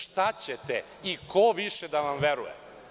Šta ćete i ko više da vam veruje?